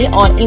on